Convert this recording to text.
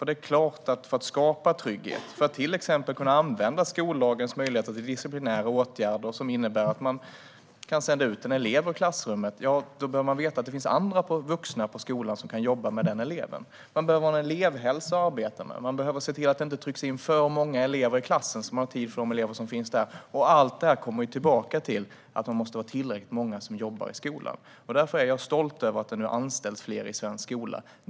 Det är klart att för att skapa trygghet och för att till exempel kunna använda skollagens möjligheter till disciplinära åtgärder som innebär att man kan sända ut en elev ur klassrummet, då behöver man veta att det finns andra vuxna på skolan som kan jobba med den eleven. Man behöver ha en elevhälsa att arbeta med. Man behöver se till att det inte trycks in för många elever i klassen så att man har tid för de elever som finns där. Allt detta kommer tillbaka till att man måste vara tillräckligt många som jobbar i skolan. Därför är jag stolt över att det nu anställs fler i svensk skola.